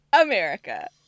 America